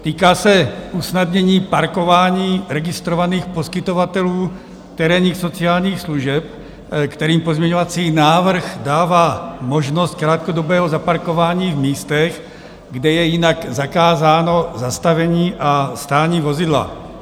Týká se usnadnění parkování registrovaných poskytovatelů terénních sociálních služeb, kterým pozměňovací návrh dává možnost krátkodobého zaparkování v místech, kde je jinak zakázáno zastavení a stání vozidla.